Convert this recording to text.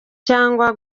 cyangwa